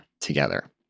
together